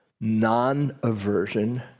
non-aversion